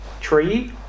tree